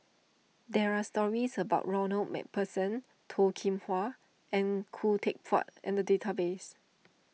there are stories about Ronald MacPherson Toh Kim Hwa and Khoo Teck Puat in the database